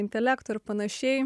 intelekto ir panašiai